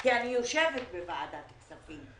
כי אני יושבת בוועדת כספים,